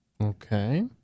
Okay